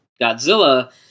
Godzilla